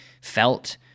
felt